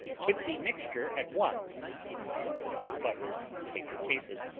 put the mixture at once into the buttered paper cases,